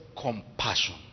compassion